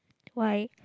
why